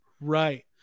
right